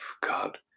God